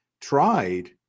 tried